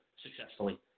successfully